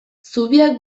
zubiak